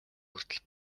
хүртэл